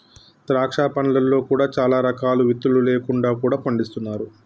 ద్రాక్ష పండ్లలో కూడా చాలా రకాలు విత్తులు లేకుండా కూడా పండిస్తున్నారు